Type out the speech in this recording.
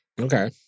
Okay